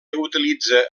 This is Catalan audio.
utilitza